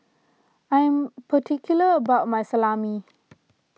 I am particular about my Salami